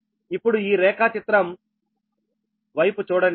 కాబట్టి ఇప్పుడు ఈ రేఖాచిత్రం వైపు చూడండి